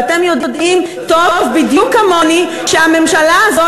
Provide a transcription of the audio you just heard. ואתם יודעים טוב בדיוק כמוני שהממשלה הזו